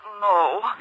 No